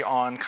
on